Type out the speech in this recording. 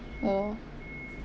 ya lor